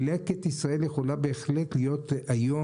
לקט ישראל יכולה בהחלט להיות היום,